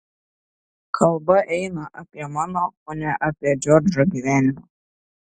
kalba eina apie mano o ne apie džordžo gyvenimą